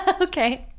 Okay